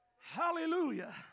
hallelujah